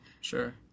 Sure